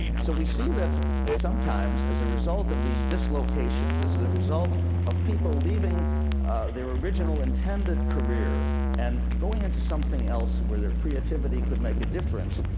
so we see that sometimes, as a result of these dislocations, as as a result of people leaving their original intended career and going into something else where their creativity could make a difference,